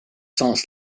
sens